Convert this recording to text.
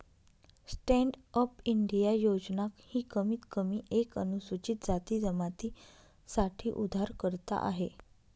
stand up India योजना ही कमीत कमी एक अनुसूचित जाती जमाती साठी उधारकर्ता आहे